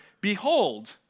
behold